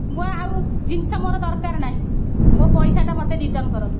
ମୁଁ ଆଉ ଜିନିଷ ମୋର ଦରକାର ନାହିଁ ମୋ ପଇସାଟା ମୋତେ ରିଟର୍ଣ୍ଣ୍ କରନ୍ତୁ